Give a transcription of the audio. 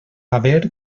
haver